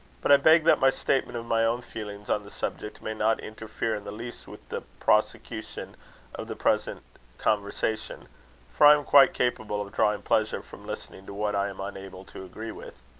but i beg that my statement of my own feelings on the subject, may not interfere in the least with the prosecution of the present conversation for i am quite capable of drawing pleasure from listening to what i am unable to agree with.